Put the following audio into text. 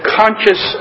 conscious